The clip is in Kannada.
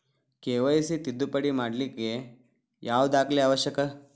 ಕೆ.ವೈ.ಸಿ ತಿದ್ದುಪಡಿ ಮಾಡ್ಲಿಕ್ಕೆ ಯಾವ ದಾಖಲೆ ಅವಶ್ಯಕ?